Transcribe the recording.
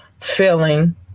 feeling